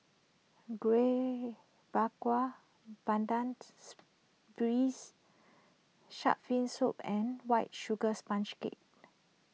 Kueh Bakar Pandan Braised Shark Fin Soup and White Sugar Sponge Cake